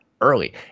early